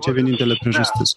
čia vienintelė priežastis